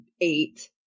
eight